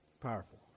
powerful